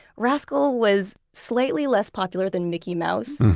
rascal was slightly less popular than mickey mouse,